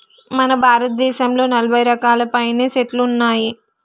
మన భారతదేసంలో నలభై రకాలకు పైనే సెట్లు ఉన్నాయి